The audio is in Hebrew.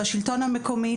לשלטון המקומי.